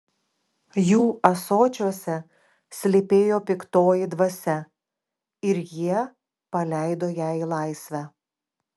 jų ąsočiuose slypėjo piktoji dvasia ir jie paleido ją į laisvę